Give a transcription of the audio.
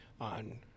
on